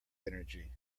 energy